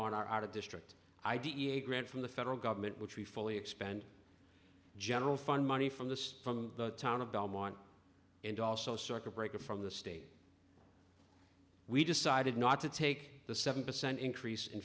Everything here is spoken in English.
on our out of district i d e a grant from the federal government which we fully expend general fund money from this from the town of belmont and also circuit breaker from the state we decided not to take the seven percent increase in